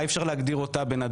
אי אפשר להגדיר אותה בן-אדם.